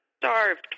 starved